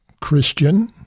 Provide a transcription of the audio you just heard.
Christian